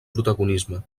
protagonisme